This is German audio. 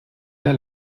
der